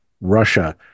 Russia